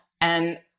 and-